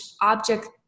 object